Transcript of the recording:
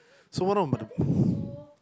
so one of the